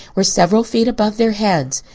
were several feet above their heads.